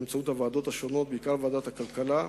באמצעות הוועדות השונות, בעיקר ועדת הכלכלה,